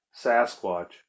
Sasquatch